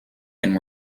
and